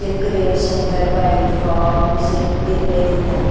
चकऱ्यो शंकर पाळी फोव अशें केल्लें दितात